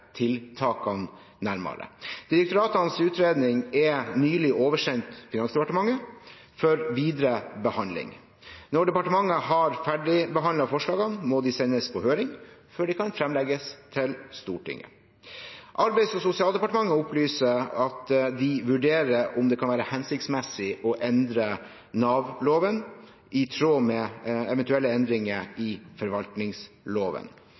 tiltakene nærmere. Direktoratenes utredning er nylig oversendt Finansdepartementet for videre behandling. Når departementet har ferdigbehandlet forslagene, må de sendes på høring før de kan fremlegges for Stortinget. Arbeids- og sosialdepartementet opplyser at de vurderer om det kan være hensiktsmessig å endre Nav-loven i tråd med eventuelle endringer